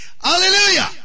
Hallelujah